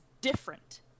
different